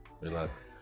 Relax